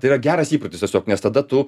tai yra geras įprotis tiesiog nes tada tu